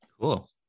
Cool